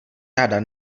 rada